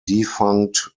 defunct